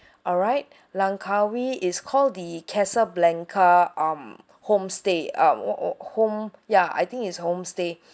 alright langkawi it's called the casablanca um homestay uh or or home ya I think it's homestay